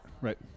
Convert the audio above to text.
right